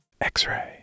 X-Ray